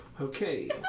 okay